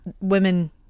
women